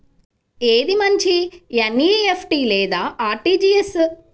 ఏది మంచి ఎన్.ఈ.ఎఫ్.టీ లేదా అర్.టీ.జీ.ఎస్?